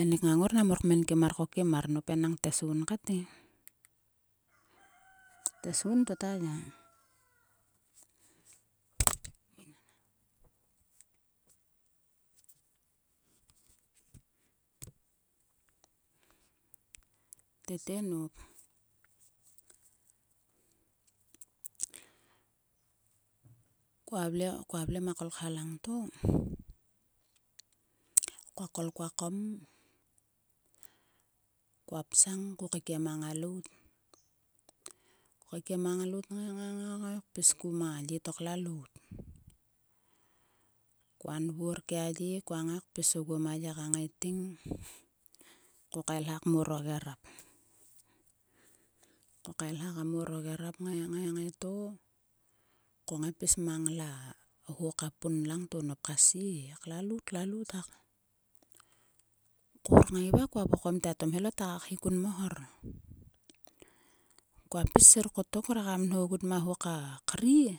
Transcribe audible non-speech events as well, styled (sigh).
enik ngang ngor nang mor nang mor kmenkim mar ko kim mar. Nop enang tesgun kat e. tesgun (noise) to ta ya. Tete nop. Koa vle, koa vle ma kolkha langto, koa kol koa kom. koa psang ko keikiem a ngalout ko keikiem a ngalout kngai. ngai. ngai pis ku ma ye to klalout. Koa nvor kia ye koa ngaiâ kpis oguo ma ye ka ngaiting. Ko kaelha kam or o gerap. Ko kaelha kam or o gerap kngai to ko ngai pis mang la ho ka pun langto nop kasie e, klalout, klalout hak. Koa (noise) ngai va koa vokom te a tomhelo ta kokhi kun mo hor. Ko pis sir kotok re kam nho ogut ma ho ka krie.